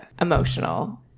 emotional